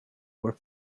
were